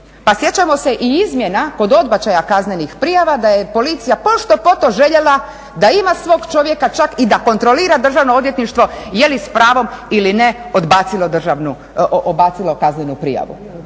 Pa sjećamo se i izmjena kod odbačaja kaznenih prijava da je Policija pošto poto željela da ima svog čovjeka, čak i da kontrolira Državno odvjetništvo je li s pravom ili ne odbacilo kaznenu prijavu.